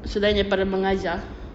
selain daripada mengajar